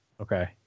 Okay